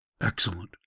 Excellent